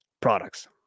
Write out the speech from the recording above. products